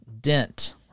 dent